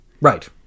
Right